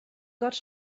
got